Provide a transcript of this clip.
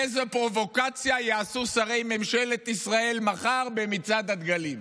איזו פרובוקציה יעשו שרי ממשלת ישראל מחר במצעד הדגלים?